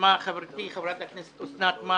שיזמה חברתי חברת הכנסת אוסנת מארק,